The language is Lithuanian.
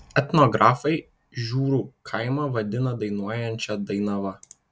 etnografai žiūrų kaimą vadina dainuojančia dainava